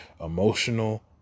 emotional